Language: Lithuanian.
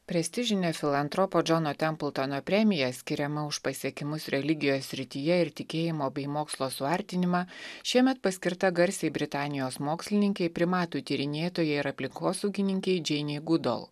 prestižinio filantropo džono templtono premija skiriama už pasiekimus religijos srityje ir tikėjimo bei mokslo suartinimą šiemet paskirta garsiai britanijos mokslininkai primatų tyrinėtojai ir aplinkosaugininkei džeinei gudol